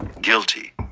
guilty